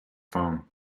phone